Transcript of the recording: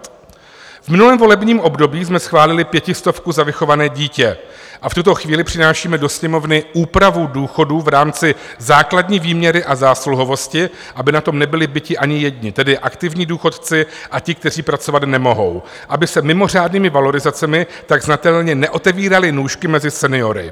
V novém volebním období jsme schválili pětistovku za vychované dítě a v tuto chvíli přinášíme do Sněmovny úpravu důchodů v rámci základní výměry a zásluhovosti, aby na tom nebyli biti ani jedni, tedy aktivní důchodci, a ti, kteří pracovat nemohou, aby se mimořádnými valorizacemi tak znatelně neotevíraly nůžky mezi seniory.